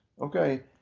okay